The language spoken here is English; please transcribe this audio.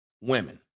women